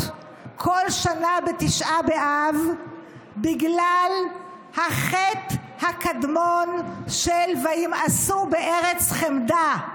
כל שנה בתשעה באב בגלל החטא הקדמון של "וימאסו בארץ חמדה"